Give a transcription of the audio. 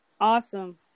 Awesome